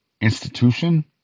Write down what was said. institution